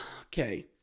okay